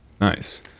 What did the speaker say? Nice